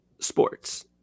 sports